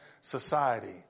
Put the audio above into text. society